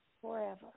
forever